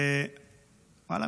ואללה,